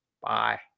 Bye